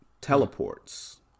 teleports